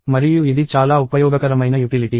మరియు ఇది చాలా ఉపయోగకరమైన యుటిలిటీ